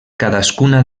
cadascuna